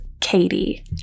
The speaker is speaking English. Katie